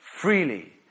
freely